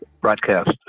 broadcast